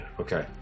Okay